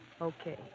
Okay